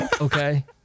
Okay